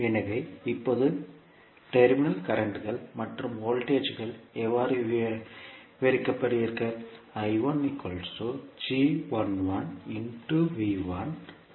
எனவே இப்போது டெர்மினல் கரண்ட்கள் மற்றும் வோல்டேஜ் ஐ எவ்வாறு விவரிப்பீர்கள்